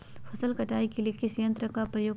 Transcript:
फसल कटाई के लिए किस यंत्र का प्रयोग करिये?